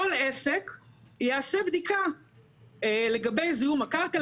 כל עסק יעשה בדיקה לגבי זיהום הקרקע,